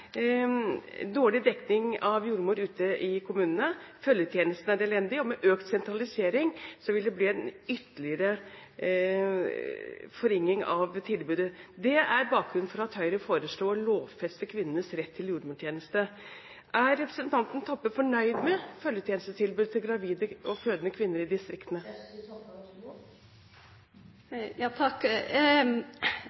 dårlig jordmordekning ute i kommunene. Følgetjenesten er elendig, og med økt sentralisering vil det bli en ytterligere forringelse av tilbudet. Det er bakgrunnen for at Høyre foreslo å lovfeste kvinnenes rett til jordmortjeneste. Er representanten Toppe fornøyd med følgetjenestetilbudet til gravide og fødende kvinner i distriktene?